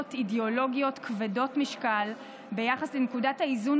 שאלות אידיאולוגיות כבדות משקל ביחס לנקודת האיזון